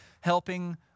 helping